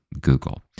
Google